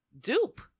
dupe